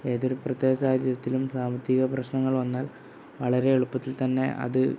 ഏതൊരു പ്രത്യേക സാഹചര്യത്തിലും സാമ്പത്തിക പ്രശ്നങ്ങൾ വന്നാൽ വളരെ എളുപ്പത്തിൽ തന്നെ അത്